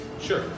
Sure